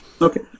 okay